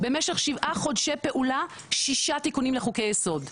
במשך שבעה חודשי פעולה שישה תיקונים לחוקי יסוד.